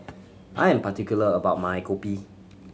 I am particular about my kopi